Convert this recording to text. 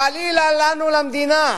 חלילה לנו למדינה,